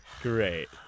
Great